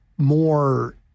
more